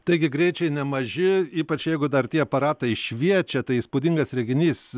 taigi greičiai nemaži ypač jeigu dar tie aparatai šviečia tai įspūdingas reginys